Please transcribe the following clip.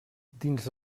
dins